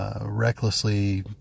Recklessly